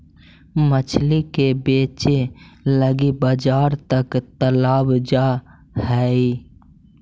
मछली के बेचे लागी बजार तक लाबल जा हई